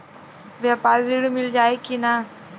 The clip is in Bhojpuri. व्यापारी ऋण मिल जाई कि ना?